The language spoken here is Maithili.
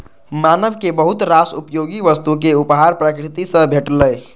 मानव कें बहुत रास उपयोगी वस्तुक उपहार प्रकृति सं भेटलैए